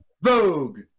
Vogue